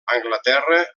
anglaterra